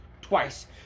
Twice